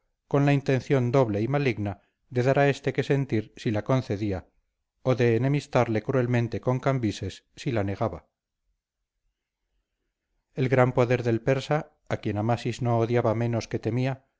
con la intención doble y maligna de dar a éste que sentir si la concedía o de enemistarle cruelmente con cambises si la negaba el gran poder del persa a quien amasis no odiaba menos que temía